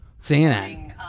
CNN